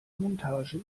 montage